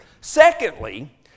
Secondly